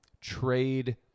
trade